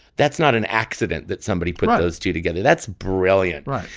that's not an accident that somebody put those two together. that's brilliant right.